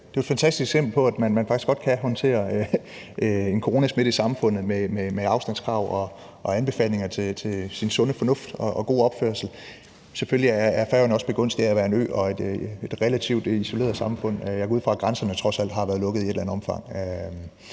det er et fantastisk eksempel på, at man faktisk godt kan håndtere en coronasmitte i samfundet med afstandskrav og anbefalinger til den sunde fornuft og gode opførsel. Selvfølgelig er Færøerne også begunstiget af at være en ø og et relativt isoleret samfund, og jeg går ud fra, at grænserne trods alt har været lukket i et eller andet omfang.